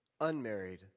unmarried